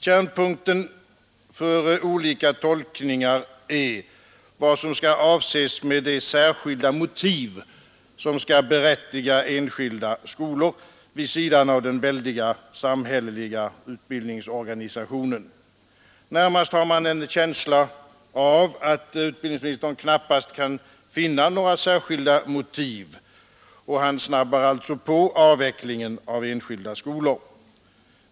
Kärnpunkten för olika tolkningar är vad man avser med de särskilda motiv som skall berättiga enskilda skolor vid sidan av den väldiga samhälleliga utbildningsorganisationen. Närmast har man en känsla av att utbildningsministern knappast kan finna några särskilda motiv och han snabbar alltså på avvecklingen av enskilda skolor.